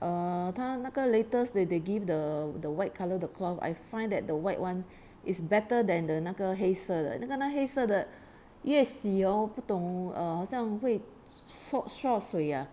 err 他那个 latest they they give the the white colour the cloth I find that the white [one] is better than the 那个黑色的那个那黑色的 越洗 hor 不懂 uh 好像会缩缩水啊